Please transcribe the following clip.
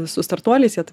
su startuoliais jie